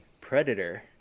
Predator